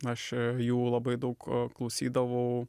aš jų labai daug klausydavau